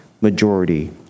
majority